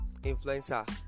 influencer